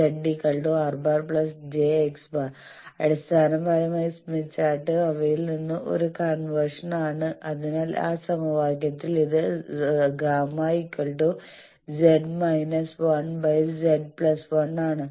Z R⁻ j x̄ അടിസ്ഥാനപരമായി Smith chart അവയിൽ നിന്നുള്ള ഒരു കൺവെർഷൻ ആണ് അതിനാൽ ആ സമവാക്യത്തിൽ ഇത് Γ Z−1Z 1 ആണ്